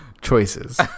choices